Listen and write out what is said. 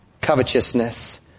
covetousness